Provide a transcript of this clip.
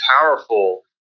powerful